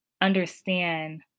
understand